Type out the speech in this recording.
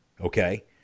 okay